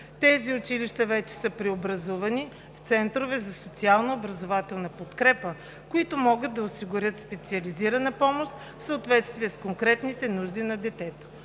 Тези училища вече са преобразувани в Центрове за специална образователна подкрепа, които могат да осигурят специализирана помощ в съответствие с конкретните нужди на детето.